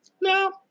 No